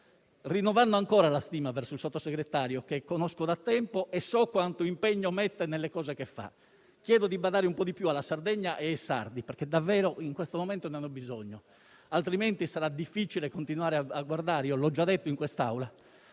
rinnovando ancora una volta la stima verso il Sottosegretario che conosco da tempo e so quanto impegno mette nelle cose che fa, chiedo di badare un po' di più alla Sardegna e ai sardi, perché davvero in questo momento ne hanno bisogno, altrimenti sarà difficile continuare a guardare - l'ho già detto in quest'Aula